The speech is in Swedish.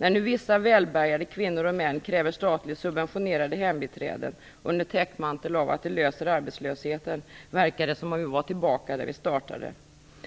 När nu vissa välbärgade kvinnor och män kräver statligt subventionerade hembiträden - under täckmantel av att det löser arbetslösheten - verkar det som att vi är tillbaka där vi startade.